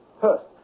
first